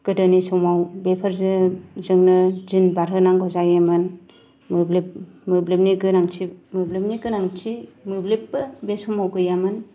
गोदोनि समाव बेफोरजों जोंनो दिन बारहोनांगौ जायोमोन मोब्लिब मोब्लिबनि गोनांथि मोब्लिबनि गोनांथि मोब्लिबबो बै समाव गैयामोन